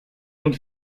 und